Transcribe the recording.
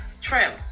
Trim